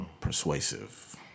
Persuasive